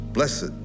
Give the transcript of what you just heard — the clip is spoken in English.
Blessed